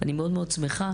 אני מאוד מאוד שמחה.